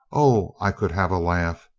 o, i could have a laugh.